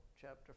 chapter